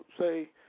say